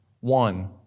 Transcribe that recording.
One